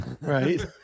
Right